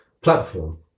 platform